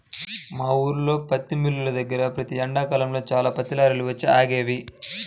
మా ఊల్లో పత్తి మిల్లు దగ్గర ప్రతి ఎండాకాలంలో చాలా పత్తి లారీలు వచ్చి ఆగేవి